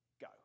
go